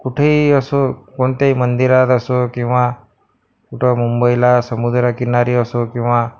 कुठेही असो कोणत्याही मंदिरात असो किंवा कुठं मुंबईला समुद्रकिनारी असो किंवा